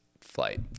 flight